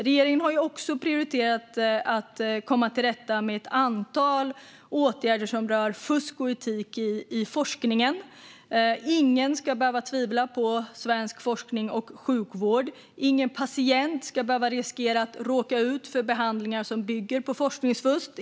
Regeringen har också prioriterat att komma till rätta med ett antal åtgärder som rör fusk och etik i forskningen. Ingen ska behöva tvivla på svensk forskning och sjukvård. Ingen patient ska behöva riskera att råka ut för behandlingar som bygger på forskningsfusk.